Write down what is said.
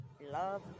love